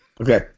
Okay